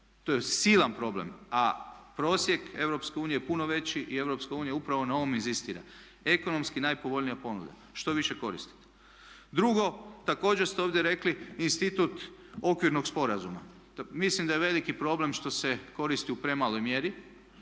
To je silan problem, a prosjek EU je puno veći i EU upravo na ovom inzistira. Ekonomski najpovoljnija ponuda što više koristit. Drugo, također ste ovdje rekli institut okvirnog sporazuma, mislim da je veliki problem što se koristi u premaloj mjeri.